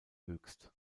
höchst